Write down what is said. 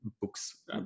books